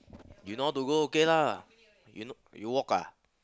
you know how to go okay lah you know you walk ah